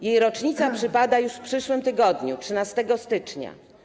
Jej rocznica przypada już w przyszłym tygodniu, 13 stycznia.